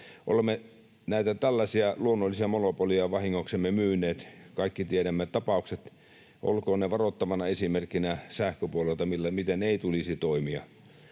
Olemme näitä tällaisia luonnollisia monopoleja vahingoksemme myyneet. Kaikki tiedämme tapaukset. Olkoot ne varoittavana esimerkkinä sähköpuolelta, miten ei tulisi toimia.